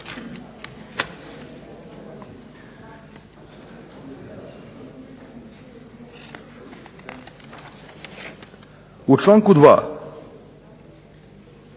U članku 2.